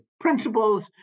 principles